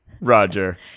Roger